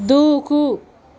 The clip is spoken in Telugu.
దూకు